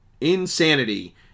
insanity